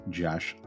josh